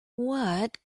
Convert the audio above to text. what